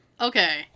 okay